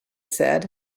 said